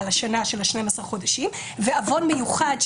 שהוא על 12 החודשים ועוון מיוחד,